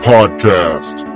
Podcast